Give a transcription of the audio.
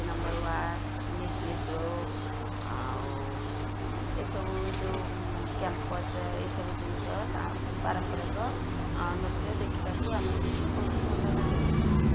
number ward little show ଆଉ ଏସବୁ ଯେଉଁ କ୍ୟାମ୍ପସ୍ ଏସବୁ ଜିନିଷ ପାରମ୍ପରିକ ନୃତ୍ୟ ଦେଖିବାକୁ ଆମ ଟିକି ବହୁତ ଭଲ ଲାଗେ ଆଉ